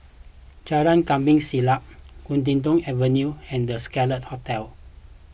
Jalan Kampong Siglap Huddington Avenue and the Scarlet Hotel